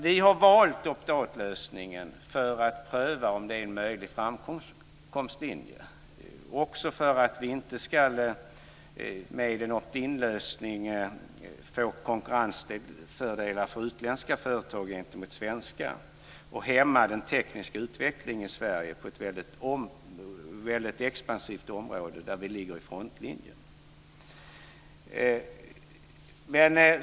Vi har alltså valt opt-out-lösningen för att pröva om det är en framkomlig väg, också för att vi inte med en opt-in-lösning ska få konkurrensfördelar för utländska företag gentemot svenska och hämma den tekniska utvecklingen i Sverige på ett väldigt expansivt område där vi ligger i frontlinjen.